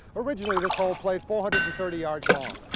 originally this hole played four hundred and thirty yards long.